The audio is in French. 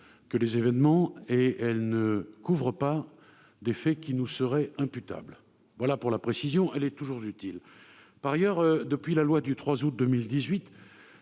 les événements incriminés ; elle ne couvre pas des faits qui nous seraient imputables. Voilà pour la précision ; elle est toujours utile. Par ailleurs, depuis la promulgation